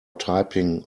typing